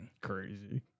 Crazy